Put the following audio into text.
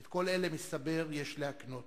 את כל אלה, מסתבר, יש להקנות.